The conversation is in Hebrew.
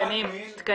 תקנים.